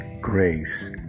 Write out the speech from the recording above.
grace